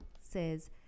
says